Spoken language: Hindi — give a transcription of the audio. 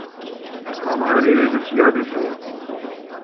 हमारी एज छियालीस है